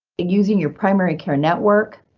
using your primary care network,